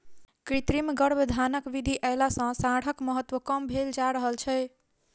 कृत्रिम गर्भाधानक विधि अयला सॅ साँढ़क महत्त्व कम भेल जा रहल छै